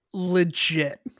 legit